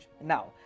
now